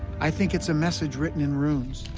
i think it's a message written in runes.